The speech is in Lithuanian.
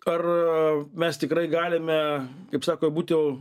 ar mes tikrai galime kaip sako būt jau